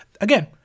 Again